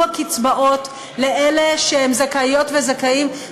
הקצבאות לאלה שהם זכאיות וזכאים להן.